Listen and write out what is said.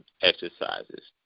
exercises